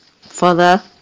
father